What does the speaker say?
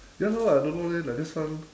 ya no I don't know leh like this one